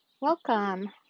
Welcome